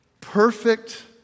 perfect